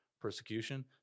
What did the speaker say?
persecution